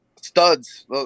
Studs